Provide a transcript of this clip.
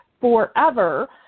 forever